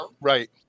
Right